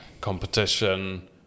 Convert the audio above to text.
competition